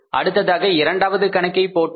அடுத்ததாக இரண்டாவது கணக்கை போட்டோம்